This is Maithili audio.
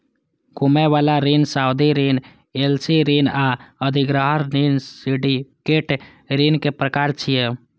घुमै बला ऋण, सावधि ऋण, एल.सी ऋण आ अधिग्रहण ऋण सिंडिकेट ऋणक प्रकार छियै